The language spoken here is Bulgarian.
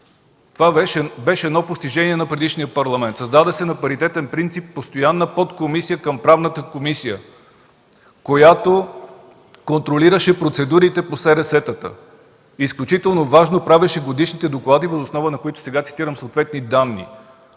Това беше постижение на предишния Парламент. На паритетен принцип се създаде Постоянна подкомисия към Правната комисия, която контролираше процедурите по СРС-тата, и изключително важно – правеше годишните доклади, въз основа на които сега цитирам съответни данни.